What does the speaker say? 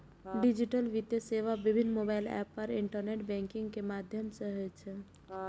digital वित्तीय सेवा विभिन्न मोबाइल एप आ इंटरनेट बैंकिंग के माध्यम सं होइ छै